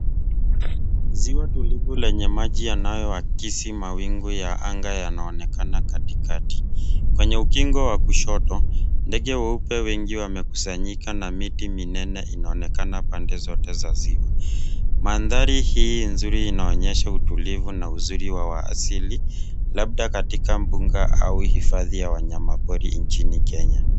Ziwa tulivu lenye maji yanayo akisi mawingu ya anga yanaonekana katikati. Kwenye ukingo wa kushoto, ndege weupe wengi wamekusanyika na miti minene inaonekana pande zote za ziwa. Mandhari hii nzuri inaonyesha utulivu na uzuri wa waasili, labda katika mbuga au hifadhi ya wanyama pori nchini Kenya.